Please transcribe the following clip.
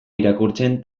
irakurtzen